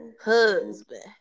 Husband